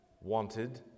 wanted